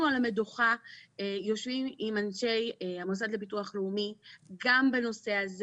אנחנו על המדוכה יושבים עם אנשי המוסד לביטוח לאומי גם בנושא הזה